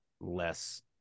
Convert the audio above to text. less